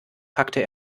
packte